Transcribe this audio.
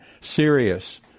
serious